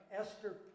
Esther